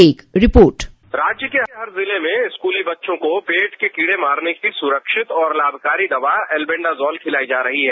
एक रिपोर्ट राज्य के हर जिले में स्कूली बच्चों को पेट के कीड़े मारने की सुरक्षित और लाभकारी दवा एलबेंडाजॉल खिलाई जा रही है